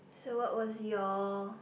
so what was your